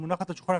בבקשה.